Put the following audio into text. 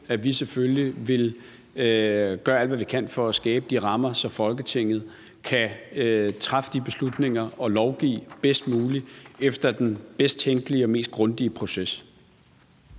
at vi selvfølgelig vil gøre alt, hvad vi kan, for at skabe rammer, så Folketinget kan træffe beslutninger og lovgive bedst muligt efter den bedst tænkelige og mest grundige proces.